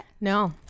No